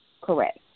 Correct